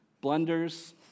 blunders